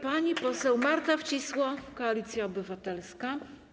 Pani poseł Marta Wcisło, Koalicja Obywatelska.